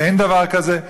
ואין דבר כזה.